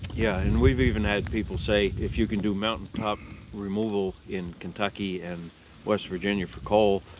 yeah, and we've even had people say, if you can do mountain top removal in kentucky and west virginia for coal,